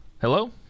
Hello